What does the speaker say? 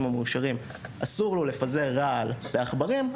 המאושרים אסור לו לפזר רעל לעכברים,